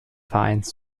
vereins